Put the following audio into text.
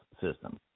system